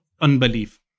unbelief